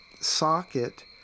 socket